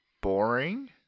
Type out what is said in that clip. boring